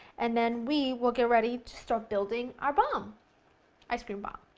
and then we will get ready to start building our bombe ice cream bombe.